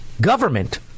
government